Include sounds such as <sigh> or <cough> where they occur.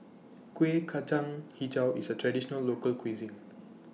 Kuih Kacang Hijau IS A Traditional Local Cuisine <noise>